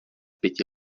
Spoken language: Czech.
pěti